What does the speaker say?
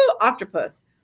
octopus